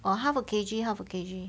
or half a K_G half a K_G